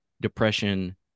depression